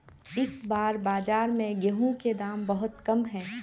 इस बार बाजार में गेंहू के दाम बहुत कम है?